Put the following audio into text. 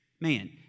Man